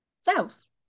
Sales